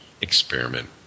experiment